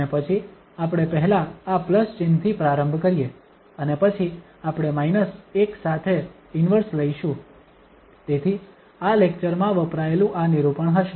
અને પછી આપણે પહેલા આ પ્લસ ચિહ્નથી પ્રારંભ કરીએ અને પછી આપણે માઇનસ એક સાથે ઇન્વર્સ લઈશું તેથી આ લેક્ચરમાં વપરાયેલું આ નિરૂપણ હશે